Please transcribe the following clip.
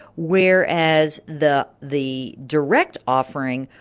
whereas the the direct offering,